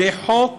זה חוק